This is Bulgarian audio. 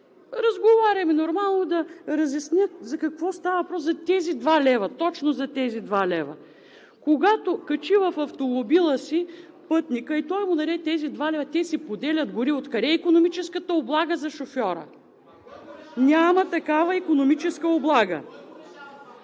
Свиленски, да разясня за какво става въпрос – за тези два лева, точно за тези два лева. Когато качи в автомобила си пътника и той му даде тези два лева, те си поделят горивото. Къде е икономическата облага за шофьора? Няма такава икономическа облага.